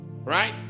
Right